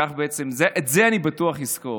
גם את זה אני בטוח אזכור.